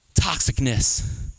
toxicness